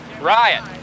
riot